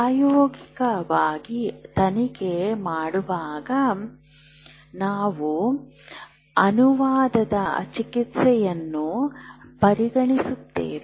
ಪ್ರಾಯೋಗಿಕವಾಗಿ ತನಿಖೆ ಮಾಡುವಾಗ ನಾವು ಅನುವಾದದ ಚಿಕಿತ್ಸೆಯನ್ನು ಪರಿಗಣಿಸುತ್ತೇವೆ